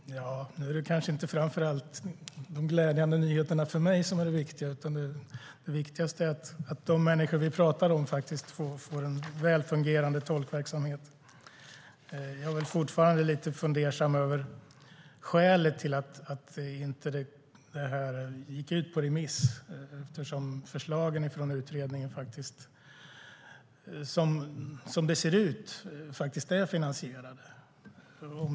Herr talman! Nu är det kanske inte de glädjande nyheterna för mig som är viktigast, utan viktigast är att de människor vi talar om får en väl fungerande tolkverksamhet. Jag är fortfarande lite fundersam över skälet till att utredningen inte gick ut på remiss eftersom förslagen från utredningen, som det ser ut nu, faktiskt är finansierade.